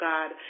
God